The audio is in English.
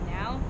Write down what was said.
now